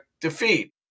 defeat